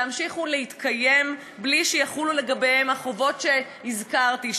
להמשיך ולהתקיים בלי שיחולו לגביהן החובות שהזכרתי,